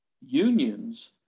unions